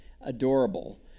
adorable